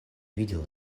видел